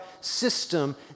system